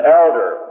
elder